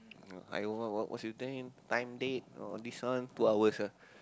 I what what what's you time date all all these one two hours ah